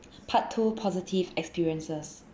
part two positive experiences